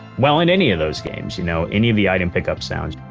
well in any of those games you know any of the item pick up sounds